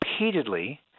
repeatedly